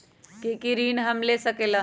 की की ऋण हम ले सकेला?